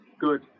good